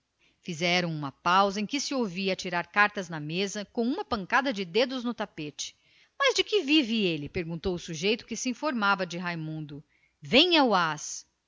fizeram uma pausa em que se ouvia atirar cartas à mesa com uma pancada de dedos no tapete mas do que vive ele perguntou o curioso que se informava de raimundo venha o ás